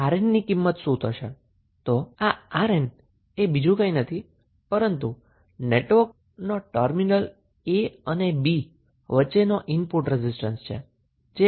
તો આ 𝑅𝑁 એ બીજું કંઈ નથી પરંતુ નેટવર્કનો ટર્મિનલ a અને b વચ્ચેનો ઈનપુટ રેઝિસ્ટન્સ છે